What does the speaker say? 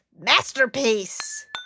masterpiece